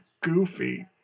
goofy